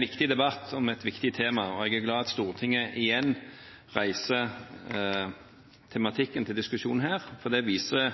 viktig debatt om et viktig tema. Jeg er glad for at Stortinget igjen reiser tematikken til diskusjon her, for det viser